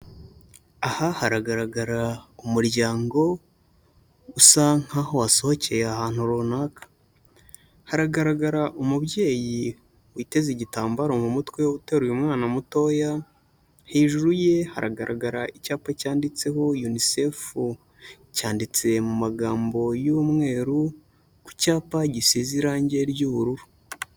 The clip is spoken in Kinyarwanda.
Aha haragaragara umuryango usa nkaho wasohokeye ahantu runaka. Haragaragara umubyeyi witeze igitambaro mu mutwe uteruye umwana mutoya, hejuru ye haragaragara icyapa cyanditseho Unicef cyanditse mu magambo y'umweru, ku cyapa gisize irangi ry'ubururu.